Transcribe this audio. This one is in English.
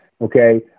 okay